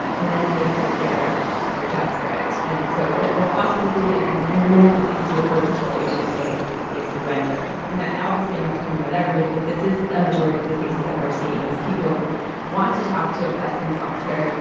ah in many cases, they're they're desperate, and so they'll they'll cross illegally. and and and the minute that they see a border patrol agent, they they surrender. and obviously, i'm not talking about everybody. but this is a majority of the cases that we're seeing is people who want to talk to a customs officer.